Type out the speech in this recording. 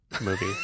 movie